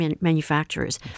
manufacturers